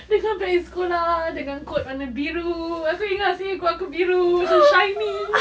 dengan beg sekolah dengan coat warna biru aku ingat seh coat aku biru macam shiny